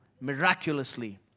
miraculously